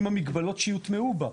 עם המגבלות שיוטמעו בה.